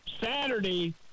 Saturday